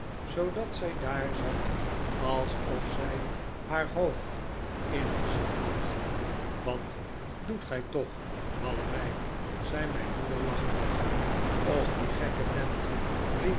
zoodat zij daar zat alsof zij haar david copperfield hoofd in een zak had wat doet gij toch malle meid zei mijn moeder lachend och die gekke vent